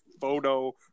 photo